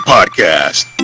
Podcast